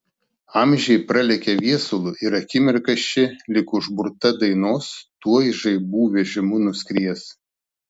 amžiai pralekia viesulu ir akimirka ši lyg užburta dainos tuoj žaibų vežimu nuskries